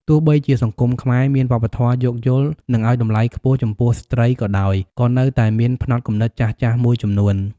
ទោះបីជាសង្គមខ្មែរមានវប្បធម៌យោគយល់ និងឲ្យតម្លៃខ្ពស់ចំពោះស្ត្រីក៏ដោយ ក៏នៅតែមានផ្នត់គំនិតចាស់ៗមួយចំនួន។